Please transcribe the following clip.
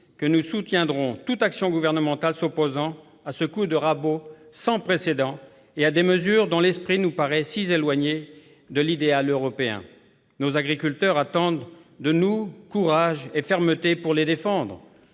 que nous soutiendrons toute action gouvernementale s'opposant à ce coup de rabot sans précédent et à des mesures dont l'esprit nous paraît si éloigné de l'idéal européen. Nos agriculteurs attendent de nous courage et fermeté pour les défendre.